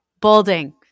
bolding